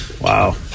Wow